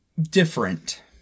different